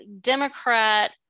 Democrat